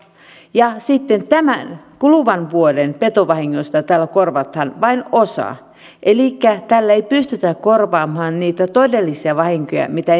ja sitten tämän kuluvan vuoden petovahingoista tällä korvataan vain osa elikkä tällä ei pystytä korvaamaan niitä todellisia vahinkoja mitä